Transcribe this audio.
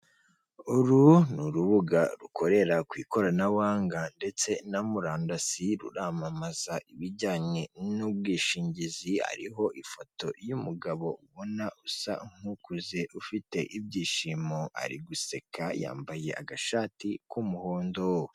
Uru ni urubuga rukorera ku ikoranabuhanga ndetse na murandasi, ruramamaza ibijyanye n'ubwishingizi hariho ifoto y'umugabo ubona usa nkukuze ufite ibyishimo ari guseka yambaye agashati k'umuhondo.